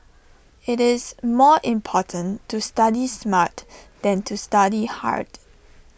IT is more important to study smart than to study hard